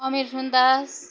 Amir Sundas